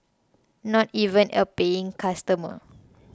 not even a paying customer